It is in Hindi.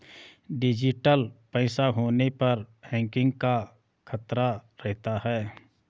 डिजिटल पैसा होने पर हैकिंग का खतरा रहता है